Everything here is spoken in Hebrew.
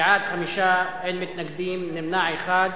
בעד, 5, אין מתנגדים ויש נמנע אחד.